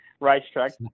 racetrack